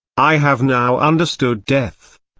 i have now understood death,